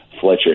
Fletcher